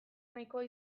nahikoa